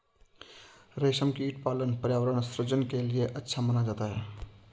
रेशमकीट पालन पर्यावरण सृजन के लिए अच्छा माना जाता है